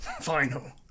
Final